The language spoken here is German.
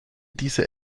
dieser